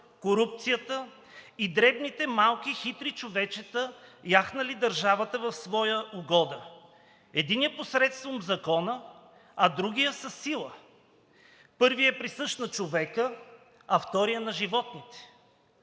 корупцията и дребните, малки, хитри човечета, яхнали държавата в своя угода. Единият – посредством закона, а другият – със сила. Първият е присъщ на човека, а вторият – на животните.